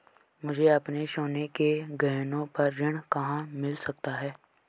मुझे अपने सोने के गहनों पर ऋण कहाँ मिल सकता है?